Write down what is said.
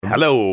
Hello